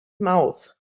mouth